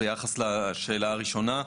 ביחס לשאלה הראשונה,